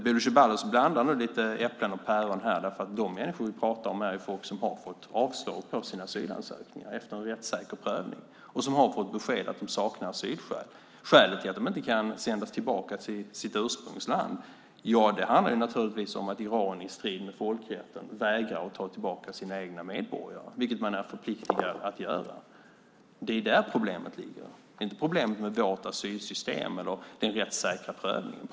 Bodil Ceballos blandar äpplen och päron här, för de människor vi pratar om har fått avslag på sina asylansökningar efter en rättssäker prövning och har fått besked om att de saknar asylskäl. Skälet till att de inte kan sändas tillbaka till sitt ursprungsland är att Iran i strid med folkrätten vägrar att ta tillbaka sina egna medborgare, vilket de är förpliktade att göra. Det är där problemet ligger, inte i vårt asylsystem eller den rättssäkra prövningen.